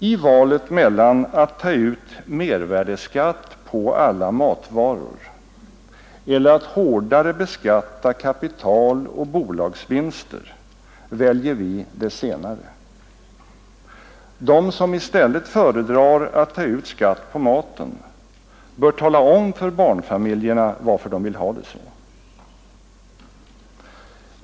I valet mellan att ta ut mervärdeskatt på alla matvaror eller att hårdare beskatta kapital och bolagsvinster väljer vi det senare. De som i stället föredrar att ta ut skatt på maten bör tala om för barnfamiljerna varför de vill ha det så.